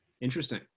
Interesting